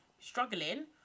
struggling